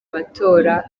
matora